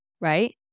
right